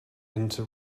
into